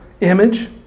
image